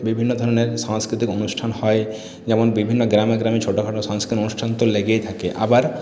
বিভিন্ন ধরনের সাংস্কৃতিক অনুষ্ঠান হয় যেমন বিভিন্ন গ্রামে গ্রামে ছোটো খাটো সাংস্কৃতিক অনুষ্ঠান তো লেগেই থাকে আবার